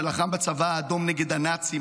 שלחם בצבא האדום נגד הנאצים,